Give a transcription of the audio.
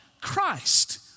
Christ